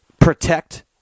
protect